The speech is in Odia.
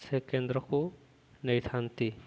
ସେ କେନ୍ଦ୍ରକୁ ନେଇଥାନ୍ତି